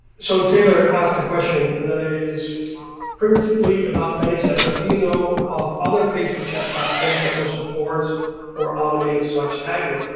so taylor asked the question and that is principally about manychat, but do you know of other facebook chat platforms that will support or automate such tagging?